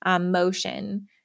motion